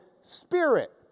spirit